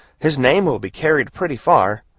his name will be carried pretty far,